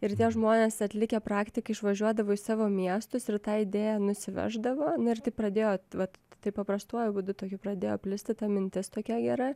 ir tie žmonės atlikę praktiką išvažiuodavo į savo miestus ir tą idėją nusiveždavo na ir taip pradėjo vat tai paprastuoju būdu tokiu pradėjo plisti ta mintis tokia gera